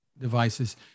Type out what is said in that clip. devices